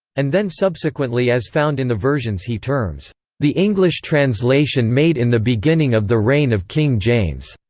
and then subsequently as found in the versions he terms the english translation made in the beginning of the reign of king james,